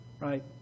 right